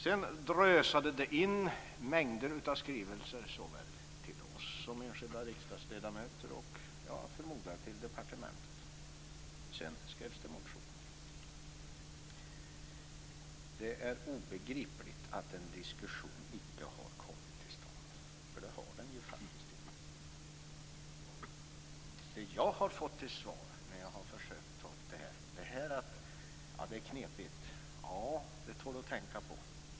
Sedan drösade det in skrivelser, såväl till oss som enskilda riksdagsledamöter som till, förmodar jag, departementet. Sedan skrevs det motioner. Det är obegripligt att en diskussion icke har kommit till stånd, för det har det faktiskt inte. Det jag har fått till svar när jag har försökt att ta upp detta är: Det här är knepigt. Ja, det tål att tänka på.